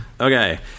Okay